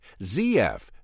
ZF